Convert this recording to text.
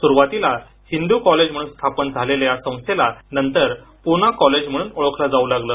सुरुवातीला हिंदू कॉलेज म्हणून स्थापन झालेली संस्थेला नंतर पूना कॉलेज म्हणून ओळखलं जाऊ लागले